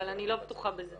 אבל אני לא בטוחה בזה.